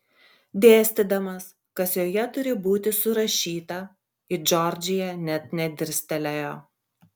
dėstydamas kas joje turi būti surašyta į džordžiją net nedirstelėjo